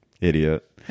Idiot